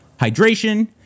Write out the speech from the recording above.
hydration